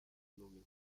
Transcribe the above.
nommé